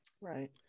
Right